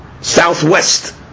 southwest